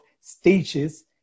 stages